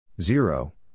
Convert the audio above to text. Zero